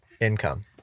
income